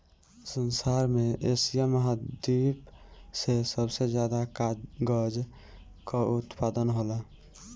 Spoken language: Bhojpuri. संसार में एशिया महाद्वीप से सबसे ज्यादा कागल कअ उत्पादन होला